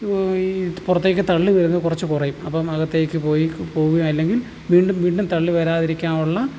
ഈ പുറത്തേക്ക് തള്ളി വരുന്ന കുറച്ച് കുറയും അപ്പം അകത്തേക്ക് പോയിട്ട് പോവുകയോ അല്ലെങ്കിൽ വീണ്ടും വീണ്ടും തള്ളിവരാതിരിക്കാൻ ഉള്ള